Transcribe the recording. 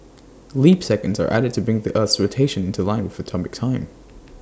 leap seconds are added to bring the Earth's rotation into line with atomic time